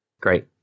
Great